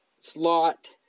slot